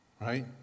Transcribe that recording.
right